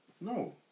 No